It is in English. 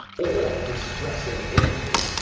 or distressing images.